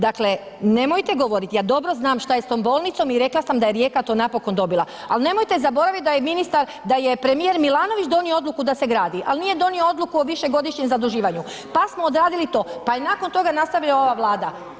Dakle, nemojte govoriti ja dobro znam šta je s tom bolnicom i rekla sam da je Rijeka to napokon dobila, ali nemojte zaboraviti da je ministar, da je premijer Milanović donio odluku donio da se gradi, ali nije donio odluku o višegodišnjem zaduživanju, pa smo odradili to, pa je nakon toga nastavila ova Vlada.